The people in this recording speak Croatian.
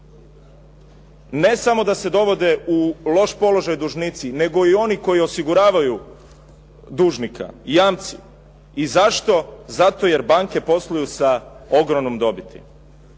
ne samo da se dovode u loš položaj dužnici nego i oni koji osiguravaju dužnika, jamci. I zašto? Zato jer banke posluju sa ogromnom dobiti.